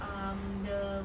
um the